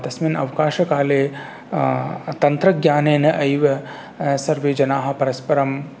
तस्मिन् अवकाशकाले तन्त्रज्ञानेन एव सर्वे जनाः परस्परं